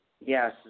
Yes